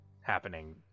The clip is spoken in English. happening